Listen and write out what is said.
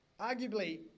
arguably